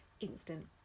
Instant